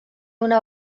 una